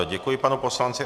Děkuji, panu poslanci.